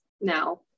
now